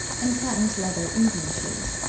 and patent leather evening shoes.